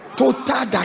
Total